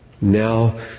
Now